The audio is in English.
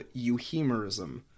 euhemerism